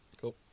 Cool